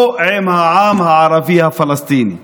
לא עם העם הערבי הפלסטיני.